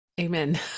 Amen